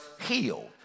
healed